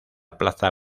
plaza